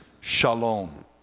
shalom